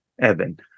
Evan